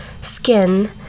skin